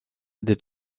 der